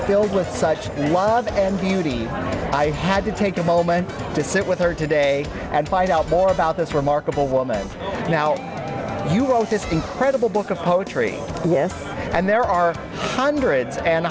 filled with such love and beauty i had to take a moment to sit with her today and find out more about this remarkable woman now you wrote this incredible book of poetry yes and there are hundreds and